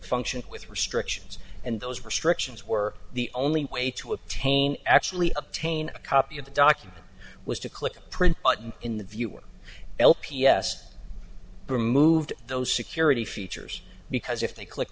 function with restrictions and those restrictions were the only way to obtain actually obtain a copy of the document was to click print button in the viewer l p s removed those security features because if they click